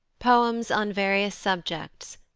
poems on various subjects,